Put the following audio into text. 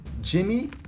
Jimmy